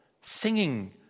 singing